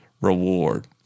reward